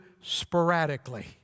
sporadically